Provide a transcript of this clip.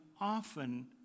often